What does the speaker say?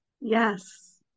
Yes